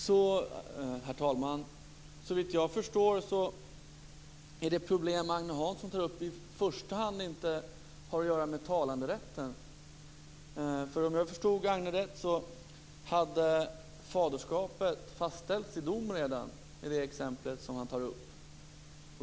Herr talman! Såvitt jag förstår har inte det problem som Agne Hansson tog upp att göra med talerätten i första hand, för om jag förstod Agne rätt hade faderskapet redan fastställts i dom i det exempel som togs.